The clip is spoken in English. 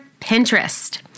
Pinterest